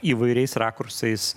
įvairiais rakursais